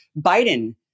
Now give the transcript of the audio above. Biden